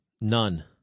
none